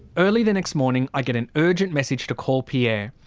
early the next morning i get an urgent message to call pierre.